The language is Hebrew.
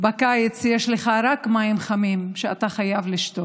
בקיץ יש לך רק מים חמים שאתה חייב לשתות,